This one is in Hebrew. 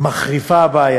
הבעיה מחריפה.